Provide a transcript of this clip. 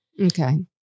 Okay